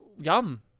Yum